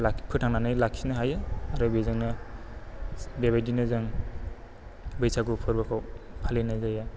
ला फोथांनानै लाखिनो आरो बेजोंनो बेबायदिनो जों बैसागु फोरबोखौ फालिनाय जायो